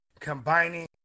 Combining